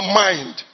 mind